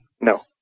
No